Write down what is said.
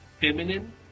feminine